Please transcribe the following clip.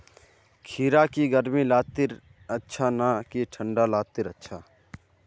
खीरा की गर्मी लात्तिर अच्छा ना की ठंडा लात्तिर अच्छा?